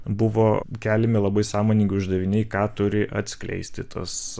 buvo keliami labai sąmoningai uždaviniai ką turi atskleisti tas